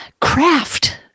craft